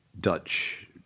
dutch